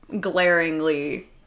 glaringly